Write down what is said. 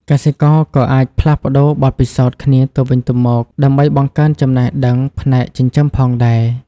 កសិករក៏អាចផ្លាស់ប្តូរបទពិសោធន៍គ្នាទៅវិញទៅមកដើម្បីបង្កើនចំណេះដឹងផ្នែកចិញ្ចឹមផងដែរ។